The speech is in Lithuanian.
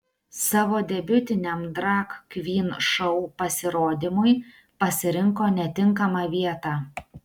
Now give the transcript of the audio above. savo debiutiniam drag kvyn šou pasirodymui pasirinko netinkamą vietą